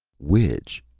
which,